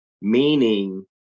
Meaning